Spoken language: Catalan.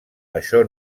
això